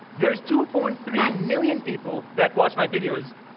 there's two point three million people that watch my videos,